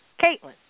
Caitlin